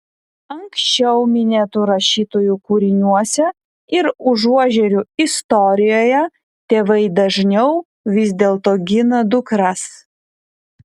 anksčiau minėtų rašytojų kūriniuose ir užuožerių istorijoje tėvai dažniau vis dėlto gina dukras